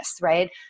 right